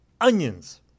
onions